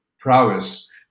prowess